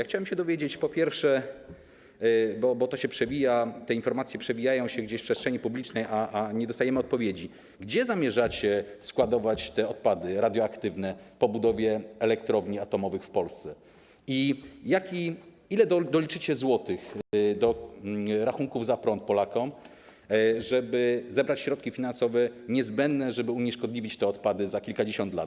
Chciałbym się dowiedzieć, po pierwsze - bo to się przewija, te informacje przewijają się gdzieś w przestrzeni publicznej, a nie dostajemy odpowiedzi - gdzie zamierzacie składować odpady radioaktywne po budowie elektrowni atomowych w Polsce i ile złotych doliczycie do rachunków za prąd Polakom, żeby zebrać środki finansowe niezbędne do tego, żeby unieszkodliwić te odpady za kilkadziesiąt lat.